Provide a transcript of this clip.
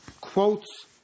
quotes